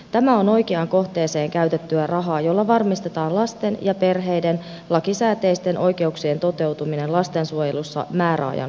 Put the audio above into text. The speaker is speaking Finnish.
tämä on oikeaan kohteeseen käytettyä rahaa jolla varmistetaan lasten ja perheiden lakisääteisten oikeuksien toteutuminen lastensuojelussa määräajan kuluessa